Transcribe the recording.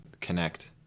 connect